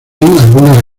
algunas